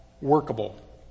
workable